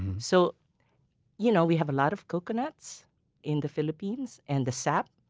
so you know we have a lot of coconuts in the philippines and the sap,